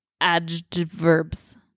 adverbs